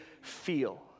feel